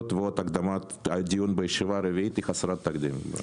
ועוד הקדמת הדיון בישיבה הרביעית היא חסרת תקדים?